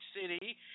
city